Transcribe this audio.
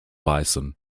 bison